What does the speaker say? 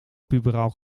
puberaal